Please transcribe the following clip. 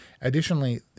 Additionally